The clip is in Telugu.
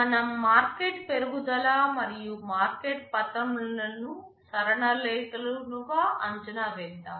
మనం మార్కెట్ పెరుగుదల మరియు మార్కెట్ పతనం లను సరళరేఖలుగా అంచనా వేద్దాము